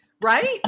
right